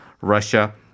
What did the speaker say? Russia